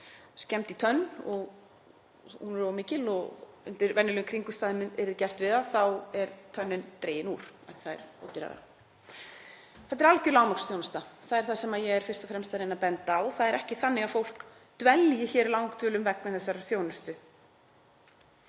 skemmd í tönn og hún er of mikil, og undir venjulegum kringumstæðum yrði gert við hana, þá er tönnin dregin úr af því að það er ódýrara. Þetta er algjör lágmarksþjónusta. Það er það sem ég er fyrst og fremst að reyna að benda á. Það er ekki þannig að fólk dvelji hér langdvölum vegna þessarar þjónustu.